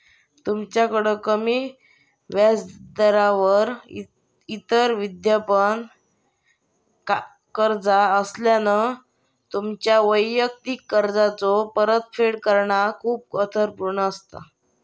तुमच्याकड कमी व्याजदरावर इतर विद्यमान कर्जा असल्यास, तुमच्यो वैयक्तिक कर्जाचो परतफेड करणा खूप अर्थपूर्ण असा